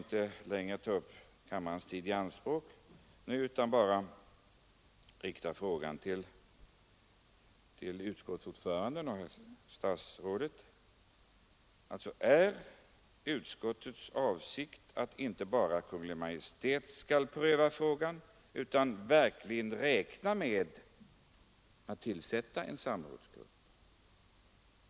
Jag skall inte ta kammarens tid i anspråk längre utan vill bara ställa ett par frågor till utskottsordföranden och statsrådet: Är det utskottets avsikt att inte bara Kungl. Maj:t skall pröva frågan utan att man verkligen räknar med att tillsätta en samrådsgrupp?